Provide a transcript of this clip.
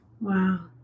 Wow